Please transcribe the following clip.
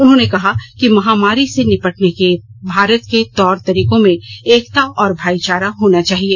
उन्होंने कहा कि महामारी से निपटने के भारत के तौर तरीकों में एकता और भाईचारा होना चाहिए